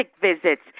visits